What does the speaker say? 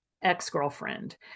ex-girlfriend